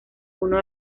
uno